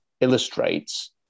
illustrates